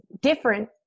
different